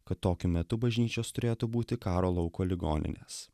kad tokiu metu bažnyčios turėtų būti karo lauko ligoninės